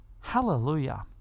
Hallelujah